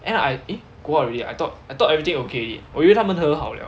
end up I eh go out already I thought I thought everything okay already 我因为他们和好了